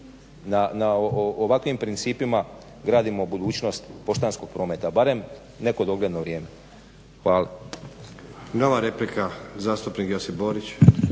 na ovakvim principima gradimo budućnost poštanskog prometa, barem u neko dogledno vrijeme. Hvala. **Stazić, Nenad (SDP)** Nova replika, zastupnik Josip Borić.